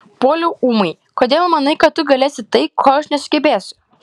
puoliau ūmai kodėl manai kad tu galėsi tai ko aš nesugebėsiu